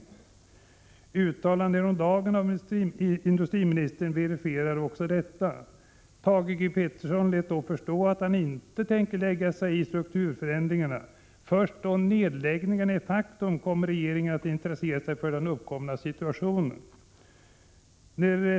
Även uttalanden häromdagen av industriministern verifierar detta. Thage G. Peterson lät då förstå att han inte tänkte lägga sig i strukturförändringarna. Först då nedläggningarna är ett faktum kommer regeringen att intressera sig för den uppkomna situationen.